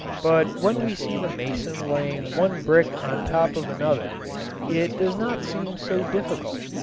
but when we see the mason laying one brick on top of another it does not seem so difficult,